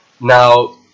Now